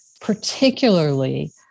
particularly